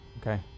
okay